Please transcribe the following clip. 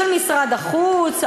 של משרד החוץ,